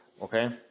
Okay